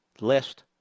list